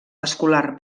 escolar